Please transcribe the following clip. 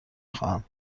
خواهم